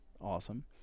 Awesome